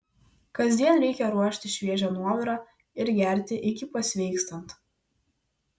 kasdien reikia ruošti šviežią nuovirą ir gerti iki pasveikstant